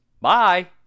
Bye